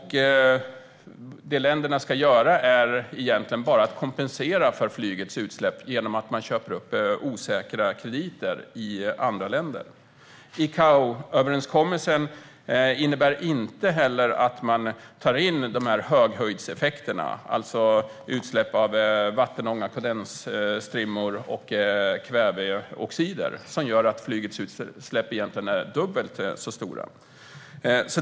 Det länderna ska göra är egentligen bara att kompensera för flygets utsläpp genom att man köper upp osäkra krediter i andra länder. ICAO-överenskommelsen innebär inte heller att man tar in höghöjdseffekterna, det vill säga utsläpp av vattenånga, kondensstrimmor och kväveoxider som gör att flygets utsläpp egentligen är dubbelt så stora.